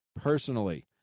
personally